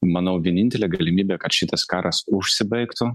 manau vienintelė galimybė kad šitas karas užsibaigtų